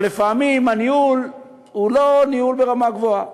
אבל לפעמים הניהול הוא לא ניהול ברמה גבוהה.